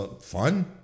fun